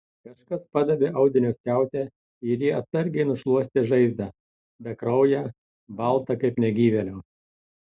kažkas padavė audinio skiautę ir ji atsargiai nušluostė žaizdą bekrauję baltą kaip negyvėlio